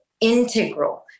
integral